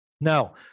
Now